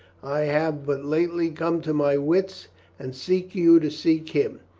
i have but lately come to my wits and seek you to seek him.